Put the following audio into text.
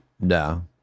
No